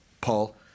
Paul